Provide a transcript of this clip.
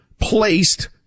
placed